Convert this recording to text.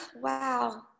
wow